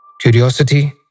Curiosity